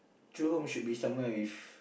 true home should be somewhere with